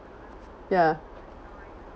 ya